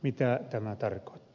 mitä tämä tarkoitti